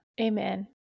amen